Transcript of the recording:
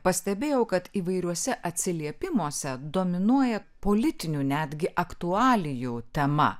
pastebėjau kad įvairiuose atsiliepimuose dominuoja politinių netgi aktualijų tema